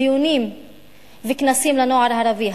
דיונים וכנסים לנוער הערבי,